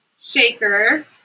shaker